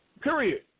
Period